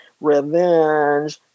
revenge